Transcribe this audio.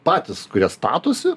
patys kurie statosi